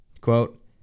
Quote